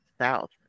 south